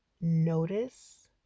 notice